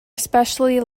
especially